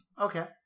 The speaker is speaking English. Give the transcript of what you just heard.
Okay